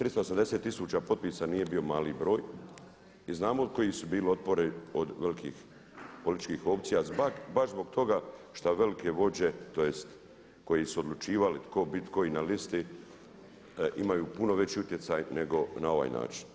380 tisuća potpisa nije bio mali broj i znamo koji su bili otpori od velikih političkih opcija baš zbog toga što velike vođe tj. koji su odlučivali tko će bit koji na listi imaju puno veći utjecaj nego na ovaj način.